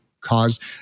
caused